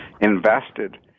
invested